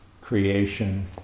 creation